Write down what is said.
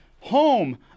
home